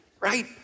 right